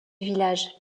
village